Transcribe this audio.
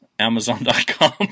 Amazon.com